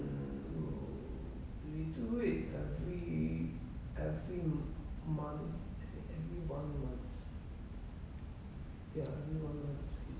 yea